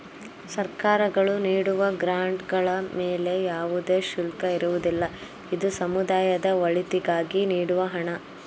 ಸರ್ಕಾರಗಳು ನೀಡುವ ಗ್ರಾಂಡ್ ಗಳ ಮೇಲೆ ಯಾವುದೇ ಶುಲ್ಕ ಇರುವುದಿಲ್ಲ, ಇದು ಸಮುದಾಯದ ಒಳಿತಿಗಾಗಿ ನೀಡುವ ಹಣ